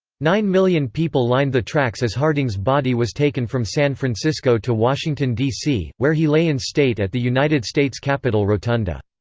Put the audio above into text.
nine million people lined the tracks as harding's body was taken from san francisco to washington, d c, where he lay in state at the united states capitol rotunda.